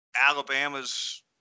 Alabama's